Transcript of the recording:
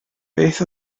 beth